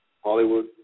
Hollywood